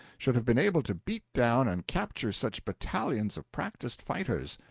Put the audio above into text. should have been able to beat down and capture such battalions of practiced fighters.